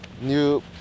New